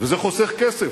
וזה חוסך כסף.